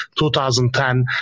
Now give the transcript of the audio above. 2010